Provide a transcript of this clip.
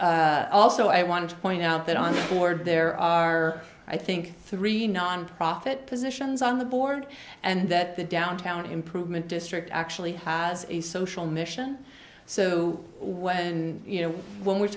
there also i want to point out that on the board there are i think three nonprofit positions on the board and that the downtown improvement district actually has a social mission so when you know when we